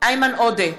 איימן עודה,